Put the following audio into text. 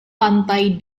pantai